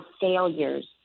failures